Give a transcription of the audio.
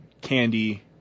candy